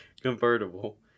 convertible